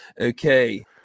Okay